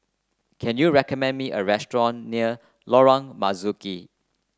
can you recommend me a restaurant near Lorong Marzuki